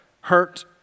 hurt